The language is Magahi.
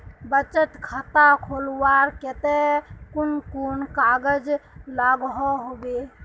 बचत खाता खोलवार केते कुन कुन कागज लागोहो होबे?